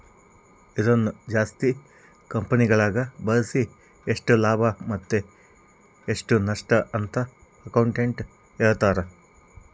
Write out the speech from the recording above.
ಇದನ್ನು ಜಾಸ್ತಿ ಕಂಪೆನಿಗಳಗ ಬಳಸಿ ಎಷ್ಟು ಲಾಭ ಮತ್ತೆ ಎಷ್ಟು ನಷ್ಟಅಂತ ಅಕೌಂಟೆಟ್ಟ್ ಹೇಳ್ತಾರ